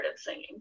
singing